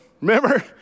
Remember